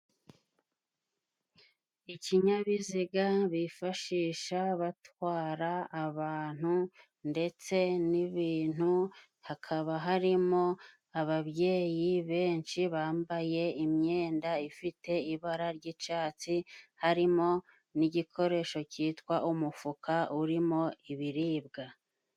Ikinyabiziga bifashisha batwara abantu, ndetse n'ibintu, hakaba harimo ababyeyi benshi bambaye imyenda ifite ibara ry'icyatsi, harimo n'igikoresho citwa umufuka urimo ibiribwa.